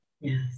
yes